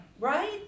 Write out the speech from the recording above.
right